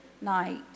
night